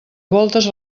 voltes